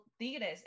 Tigres